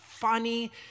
funny